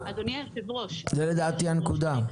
זו לדעתי הנקודה.